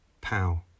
Pow